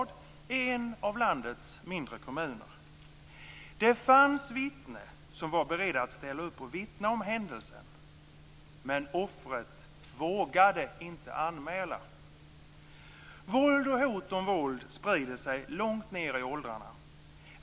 Det är en av landets mindre kommuner. Det fanns ett vittne som var berett att ställa upp och vittna om händelsen. Men offret vågade inte anmäla! Våld och hot om våld sprider sig långt ned i åldrarna.